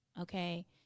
okay